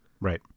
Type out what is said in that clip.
Right